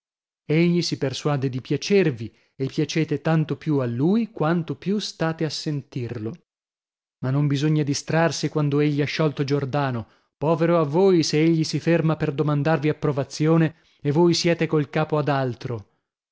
egli si persuade di piacervi e piacete tanto più a lui quanto più state a sentirlo ma non bisogna distrarsi quando egli ha sciolto giordano povero a voi se egli si ferma per domandarvi approvazione e voi siete col capo ad altro